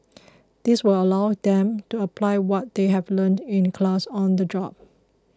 this will allow them to apply what they have learnt in class on the job